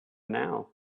now